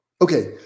okay